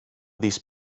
these